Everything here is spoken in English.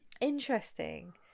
interesting